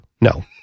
No